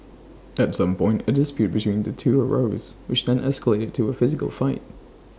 at some point A dispute between the two arose which then escalated into A physical fight